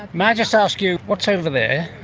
may i just ask you, what's over there?